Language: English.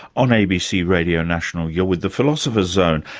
on abc radio national, you're with the philosopher's zone,